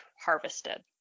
harvested